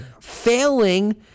Failing